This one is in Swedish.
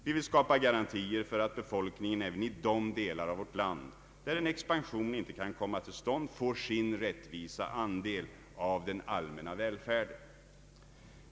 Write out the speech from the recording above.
Vi vill skapa garantier för att befolkningen även i de delar av vårt land där en expansion inte kan komma till stånd får sin rättvisa andel av den allmänna välfärden.